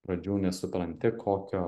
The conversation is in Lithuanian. pradžių nesupranti kokio